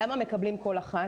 למה מקבלים כל אחת?